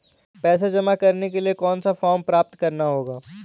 पैसा जमा करने के लिए कौन सा फॉर्म प्राप्त करना होगा?